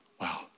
Wow